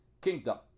kingdom